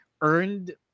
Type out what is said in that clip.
earned